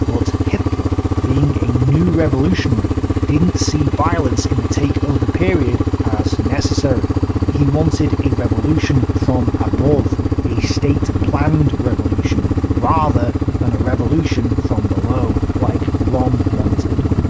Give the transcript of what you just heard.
but hitler, being a new-revolutionary, didn't see violence in the take-over period as necessary. he wanted a revolution from above a state-planned revolution rather than a revolution from below, like rohm wanted.